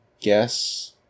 guess